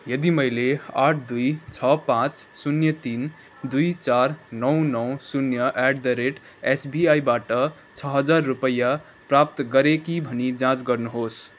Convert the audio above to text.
यदि मैले आठ दुई छ पाँच शून्य तिन दुई चार नौ नौ शून्य एट द रेट एसबिआईबाट छ हजार रुपियाँ प्राप्त गरेँ कि भनी जाँच गर्नुहोस्